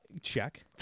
Check